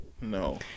No